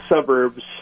suburbs